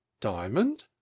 Diamond